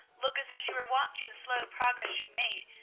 look as if she were watching the slow progress she made,